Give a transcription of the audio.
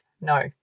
No